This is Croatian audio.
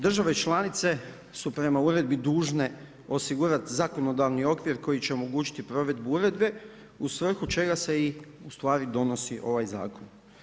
Države članice su prema uredbi dužne osigurati zakonodavni okvir koji će omogućiti provedbu uredbe u svrhu čega se ustvari i donosi ovaj zakon.